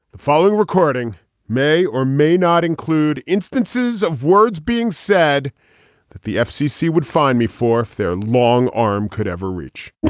the following recording may or may not include instances of words being said that the fcc would find me for their long arm could ever reach